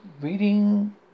Reading